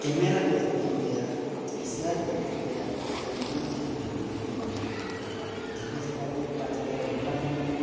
camera ᱠᱚ ᱟᱹᱛᱠᱤᱨ ᱛᱟᱭᱟ ᱰᱤᱭᱮᱥᱞᱟᱨ ᱠᱚ ᱟᱹᱛᱠᱤᱨ ᱛᱟᱭᱟ ᱛᱳ ᱚᱱᱠᱟᱱᱟᱜ ᱡᱟᱦᱟᱱᱟᱜ ᱜᱷᱚᱴᱱᱟ ᱡᱮᱢᱚᱱ ᱵᱟᱝ ᱦᱩᱭᱩᱜ ᱡᱟᱹᱨᱩᱲ ᱠᱟᱱᱟ ᱡᱟᱦᱟᱸ ᱡᱟᱭᱜᱟ ᱨᱮᱜᱮ ᱚᱠᱟ ᱡᱟᱭᱜᱟ ᱨᱮ ᱫᱳᱠᱟᱱ ᱵᱟᱹᱱᱩᱜᱼᱟ